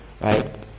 Right